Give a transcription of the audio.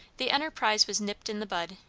the enterprise was nipped in the bud,